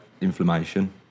inflammation